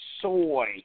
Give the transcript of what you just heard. soy